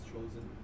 Chosen